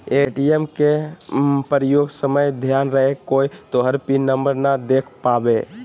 ATM के प्रयोग समय ध्यान रहे कोय तोहर पिन नंबर नै देख पावे